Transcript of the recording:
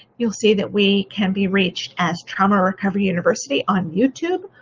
you'll see that we can be reached as trauma recovery university on youtube,